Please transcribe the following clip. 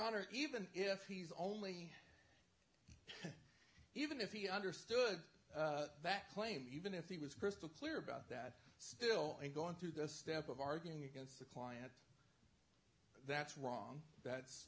honor even if he's only even if he understood that claim even if he was crystal clear about that still and going through this step of arguing against the client that's wrong that's